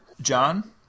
John